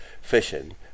fishing